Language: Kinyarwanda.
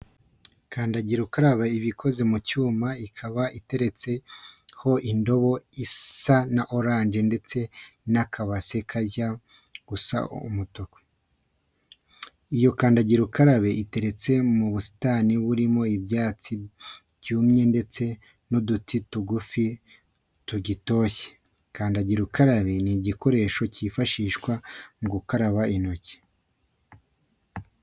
Kandagira ukarabe iba ikozwe mu cyuma ikaba iteretseho indobo isa na oranje ndetse n'akabase kajya gusa umutuku. Iyo kandagira ukarabe iteretse mu busitani burimo ibyatsi byumye ndetse n'uduti tugufi tugitoshye. Kandagira ukarabe ni igikoresho cyifashishwa mu gukaraba intoki.